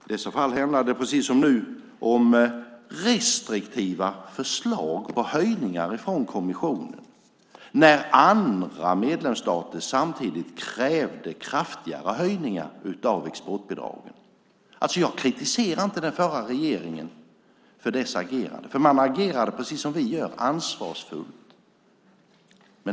I dessa fall handlade det, precis som nu, om restriktiva förslag på höjningar från kommissionen samtidigt som andra medlemsstater krävde kraftigare höjningar av exportbidragen. Jag kritiserar inte den förra regeringen för dess agerande. Man agerade precis som vi gör, det vill säga ansvarsfullt.